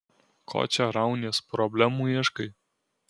ko čia raunies problemų ieškai